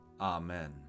Amen